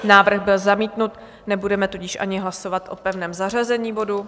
Návrh byl zamítnut, nebudeme tudíž ani hlasovat o pevném zařazení bodu.